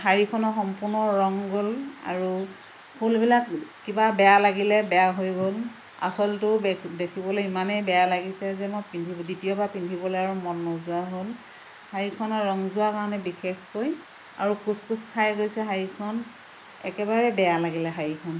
শাৰীখনৰ সম্পূৰ্ণ ৰং গ'ল আৰু ফুলবিলাক কিবা বেয়া লাগিলে বেয়া হৈ গ'ল আঁচলটোও দেখিবলৈ ইমানেই বেয়া লাগিছে যে মই পিন্ধিব দ্বিতীয়বাৰ পিন্ধিবলৈ আৰু মন নোযোৱা হ'ল শাৰীখনৰ ৰং যোৱা কাৰণে বিশেষকৈ আৰু কোচ কোচ খাই গৈছে শাৰীখন একেবাৰেই বেয়া লাগিলে শাৰীখন